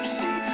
see